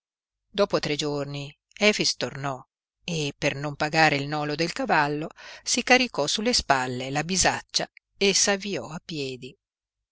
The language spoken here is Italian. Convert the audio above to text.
dopo tre giorni efix tornò e per non pagare il nolo del cavallo si caricò sulle spalle la bisaccia e s'avviò a piedi